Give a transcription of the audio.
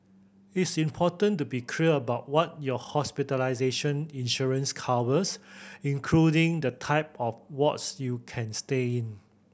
it's important to be clear about what your hospitalization insurance covers including the type of wards you can stay in